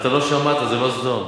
אתה לא שמעת, זה לא סדום.